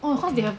orh how they have